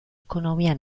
ekonomia